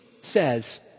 says